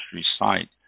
site